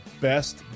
best